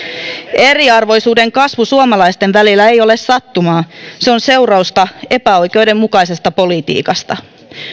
eriarvoisuuden kasvu suomalaisten välillä ei ole sattumaa se on seurausta epäoikeudenmukaisesta politiikasta